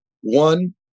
one